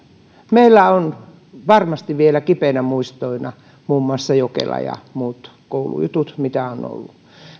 meillä on varmasti vielä kipeinä muistoina muun muassa jokela ja muut koulujutut mitä on ollut